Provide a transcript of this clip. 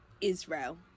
Israel